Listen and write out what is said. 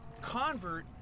convert